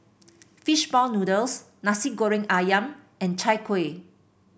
fish ball noodles Nasi Goreng ayam and Chai Kuih